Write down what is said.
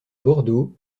bordeaux